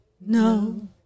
no